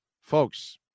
folks